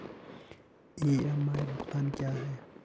EMI भुगतान क्या है?